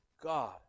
God